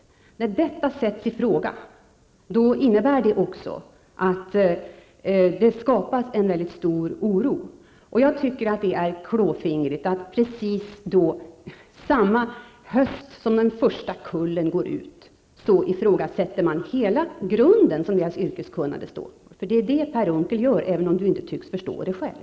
När detta sätts i fråga innebär det också att det skapas en mycket stor oro. Jag tycker att det är klåfingrigt att, precis samma höst som den första kullen går ut, ifrågasätta hela den grund som deras yrkeskunnande står på. Det är det Per Unckel gör, även om han inte tycks förstå det själv.